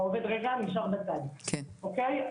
העובד רגע נשאר בצד, אוקיי?